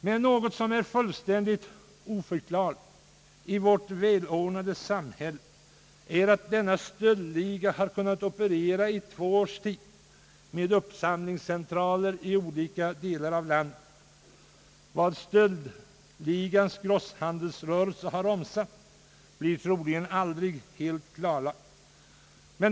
Men i vårt välordnade samhälle är det någonting fullständigt oförklarligt, att denna stöldliga har kunnat operera under två års tid med uppsamlingslokaler i olika delar av landet. Vad stöldligans grosshandelsrörelse har omsatt blir troligen aldrig helt klarlagt.